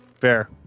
fair